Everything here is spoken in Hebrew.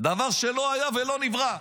דבר שלא היה ולא נברא.